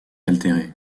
altérée